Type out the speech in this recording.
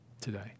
today